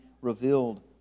revealed